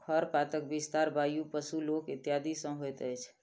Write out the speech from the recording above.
खरपातक विस्तार वायु, पशु, लोक इत्यादि सॅ होइत अछि